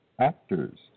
Actors